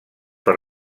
per